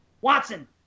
Watson